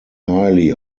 highly